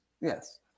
Yes